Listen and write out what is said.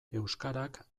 euskarak